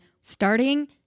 starting